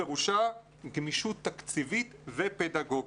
פירושה גמישות תקציבית ופדגוגית.